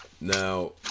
now